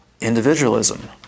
individualism